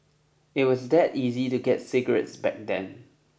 it was that easy to get cigarettes back then